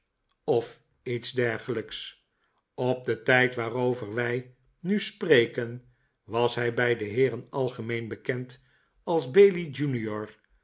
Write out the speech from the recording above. of iets dergelijks op den tijd waarover wij nu spreken was hij bij de heeren algemeen bekend als